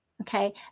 okay